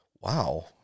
wow